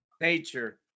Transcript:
Nature